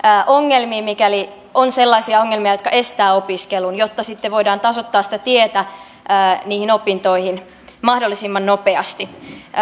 ongelmiin mikäli on sellaisia ongelmia jotka estävät opiskelun jotta sitten voidaan tasoittaa tietä päästä niihin opintoihin mahdollisimman nopeasti